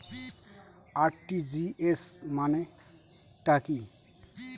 RTGS মানে টা কি?